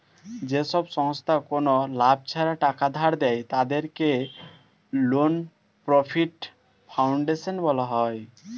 যেসব সংস্থা কোনো লাভ ছাড়া টাকা ধার দেয়, তাদেরকে নন প্রফিট ফাউন্ডেশন বলা হয়